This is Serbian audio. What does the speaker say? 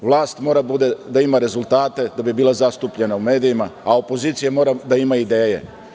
Vlast mora da ima rezultate da bi bila zastupljena u medijima, a opozicija mora da ima ideje.